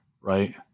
right